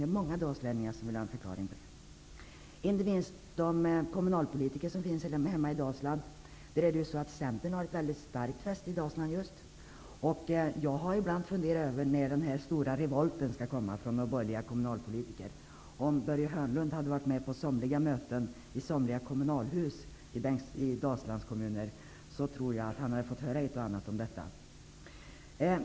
Det är många dalslänningar som vill ha en förklaring till det, inte minst kommunalpolitikerna hemma i Centern har ett väldigt starkt fäste just i Dalsland. Jag har ibland funderat över när den stora revolten från de borgerliga kommunalpolitikerna skall komma. Om Börje Hörnlund hade varit med på somliga möten i somliga kommunalhus i Dalslandskommuner tror jag att han hade fått höra ett och annat om detta.